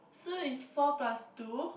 so it's four plus two